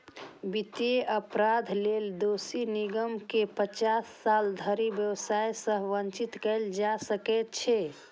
वित्तीय अपराध लेल दोषी निगम कें पचास साल धरि व्यवसाय सं वंचित कैल जा सकै छै